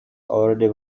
already